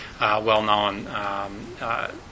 well-known